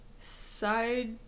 side